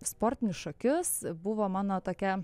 sportinius šokius buvo mano tokia